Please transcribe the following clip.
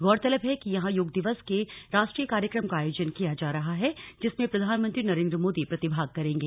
गौरतलब है कि यहां योग दिवस के राष्ट्रीय कार्यक्रम का आयोजन किया जा रहा है जिसमें प्रधानमंत्री नरेन्द्र मोदी के प्रतिभाग करेंगे